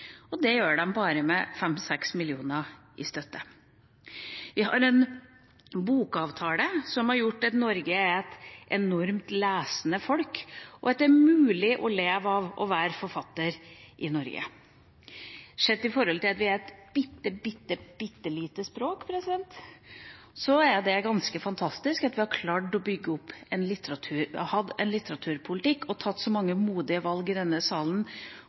og det gjør de med bare 5–6 mill. kr i støtte. Vi har en bokavtale som har gjort at Norge er et enormt lesende folk, og at det er mulig å leve av å være forfatter i Norge. Sett i forhold til at vi er et bitte, bitte lite språk, er det ganske fantastisk at vi har klart å ha en litteraturpolitikk og tatt så mange modige valg i denne salen